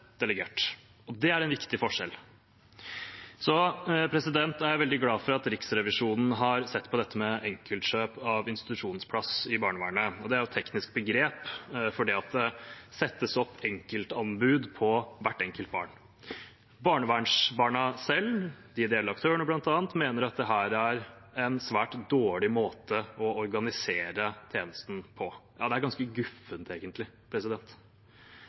delegert, og det er en viktig forskjell. Jeg er veldig glad for at Riksrevisjonen har sett på dette med enkeltkjøp av institusjonsplass i barnevernet. Det er et teknisk begrep for det at det settes opp enkeltanbud på hvert enkelt barn. Barnevernsbarna selv og de ideelle aktørene, bl.a., mener at dette er en svært dårlig måte å organisere tjenesten på. Ja, det er ganske guffent, egentlig.